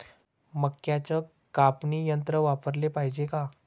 मक्क्याचं कापनी यंत्र वापराले पायजे का?